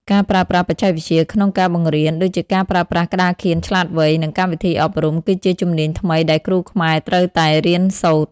ការប្រើប្រាស់បច្ចេកវិទ្យាក្នុងការបង្រៀន ដូចជាការប្រើប្រាស់ក្តារខៀនឆ្លាតវៃ និងកម្មវិធីអប់រំ គឺជាជំនាញថ្មីដែលគ្រូខ្មែរត្រូវតែរៀនសូត្រ។